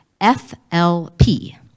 FLP